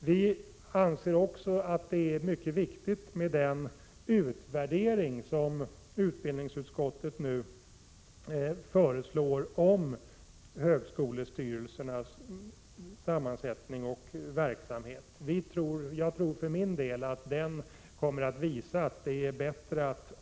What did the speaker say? Vi anser också att det är mycket viktigt med den utvärdering av högskolestyrelsernas sammansättning och verksamhet som utbildningsutskottet nu föreslår.